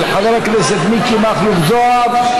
של חבר הכנסת מיקי מכלוף זוהר,